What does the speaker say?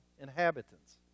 inhabitants